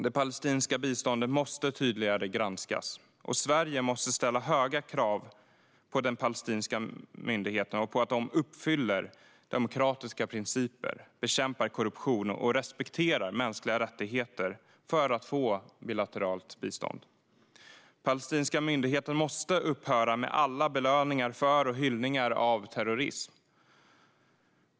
Det palestinska biståndet måste granskas tydligare, och Sverige måste ställa höga krav på den palestinska myndigheten att den uppfyller demokratiska principer, bekämpar korruption och respekterar mänskliga rättigheter för att den ska få bilateralt bistånd. Den palestinska myndigheten måste upphöra med alla belöningar för och hyllningar av terrorism.